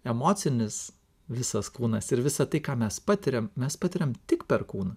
emocinis visas kūnas ir visa tai ką mes patiriam mes patiriam tik per kūną